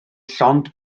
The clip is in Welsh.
llond